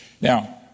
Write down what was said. Now